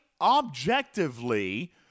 objectively